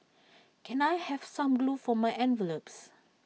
can I have some glue for my envelopes